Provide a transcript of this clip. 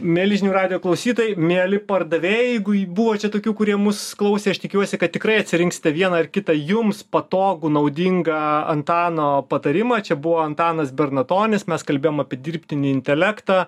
mieli žinių radijo klausytojai mieli pardavėjai jeigu buvo čia tokių kurie mus klausė aš tikiuosi kad tikrai atsirinksite vieną ar kitą jums patogų naudingą antano patarimą čia buvo antanas bernatonis mes kalbėjom apie dirbtinį intelektą